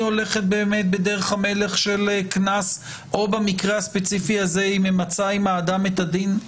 הולכת בדרך המלך של קנס או האם היא ממצה עם האדם את הדין?